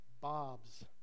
Bob's